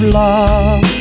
love